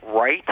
right